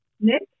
Nick